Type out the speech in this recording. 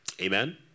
amen